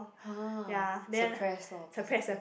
!huh! suppress lor